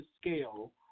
scale